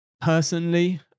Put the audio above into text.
Personally